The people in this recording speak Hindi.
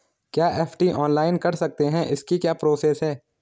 क्या एफ.डी ऑनलाइन कर सकते हैं इसकी क्या प्रोसेस है?